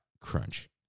crunch